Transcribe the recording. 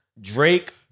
Drake